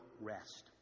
rest